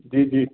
जी जी